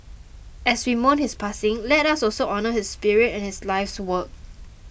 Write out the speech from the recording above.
as we mourn his passing let us also honour his spirit and his life's work